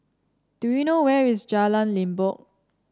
do you know where is Jalan Limbok